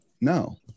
no